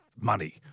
money